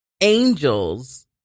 angels